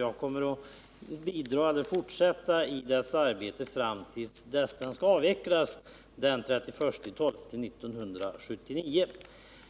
Jag kommer att fortsätta i dess arbete fram till det den skall avvecklas den 31 december 1979.